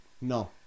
no